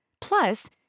Plus